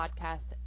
podcast